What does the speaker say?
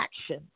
action